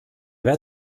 wert